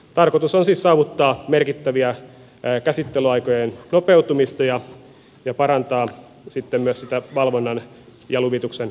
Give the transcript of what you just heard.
tarkoitus on siis saavuttaa merkittävää käsittelyaikojen nopeutumista ja parantaa sitten myös valvonnan ja luvituksen laatua